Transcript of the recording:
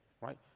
right